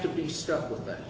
to be struck with that